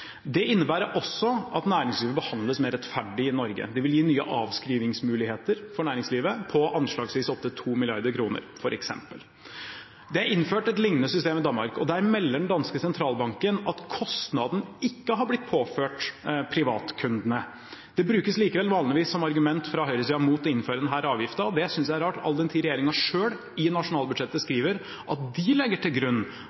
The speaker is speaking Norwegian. Det innebærer også at næringslivet vil behandles mer rettferdig i Norge. Det vil gi nye avskrivingsmuligheter for næringslivet på anslagsvis opp til 2 mrd. kr, f.eks. Det er innført et lignende system i Danmark, og der melder den danske sentralbanken om at kostnaden ikke har blitt påført privatkundene. Det brukes likevel vanligvis som argument fra høyresiden mot å innføre denne avgiften. Det synes jeg er rart, all den tid regjeringen selv i nasjonalbudsjettet